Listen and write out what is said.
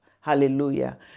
Hallelujah